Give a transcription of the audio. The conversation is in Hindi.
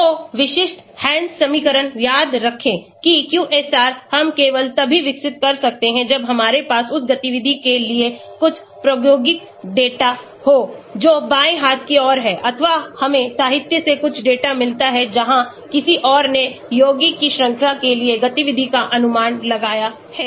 तो विशिष्ट Hansch समीकरण याद रखें कि QSAR हम केवल तभी विकसित कर सकते हैं जब हमारे पास उस गतिविधि के लिए कुछ प्रायोगिक डेटा हो जो बाएं हाथ की ओर है अथवा हमें साहित्य से कुछ डेटा मिलता है जहां किसी और ने यौगिक की श्रृंखला के लिए गतिविधि का अनुमान लगाया है